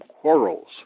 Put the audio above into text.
quarrels